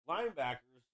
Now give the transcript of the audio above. Linebackers